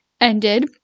ended